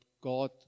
God